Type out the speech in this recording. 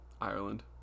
Ireland